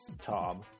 Tom